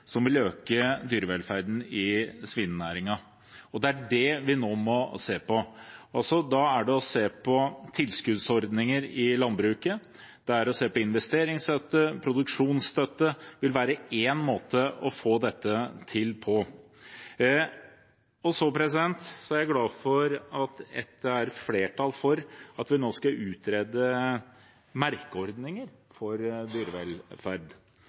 Å se på tilskuddsordninger i landbruket, investeringsstøtte og produksjonsstøtte vil være én måte å få dette til på. Så er jeg glad for at det er flertall for at vi nå skal utrede merkeordninger for dyrevelferd.